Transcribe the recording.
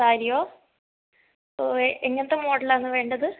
സാരിയോ എങ്ങനത്തെ മോഡലാണ് വേണ്ടത്